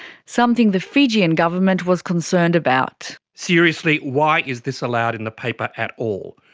something the fijian government was concerned about. seriously, why is this allowed in the paper at all?